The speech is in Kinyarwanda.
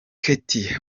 katie